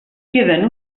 queden